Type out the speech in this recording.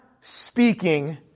speaking